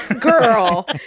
girl